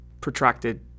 protracted